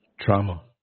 Trauma